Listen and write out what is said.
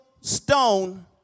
stone